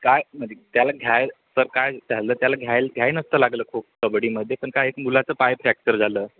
काय म्हणजे त्याला घ्याय सर काय झालं त्याला घ्यायला घ्याय नसतं लागलं खो कबड्डीमध्ये पण काय एक मुलाचं पाय फ्रॅक्चर झालं